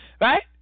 right